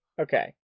Okay